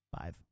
five